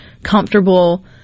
comfortable